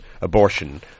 abortion